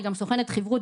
היא גם סוכנת חיברות,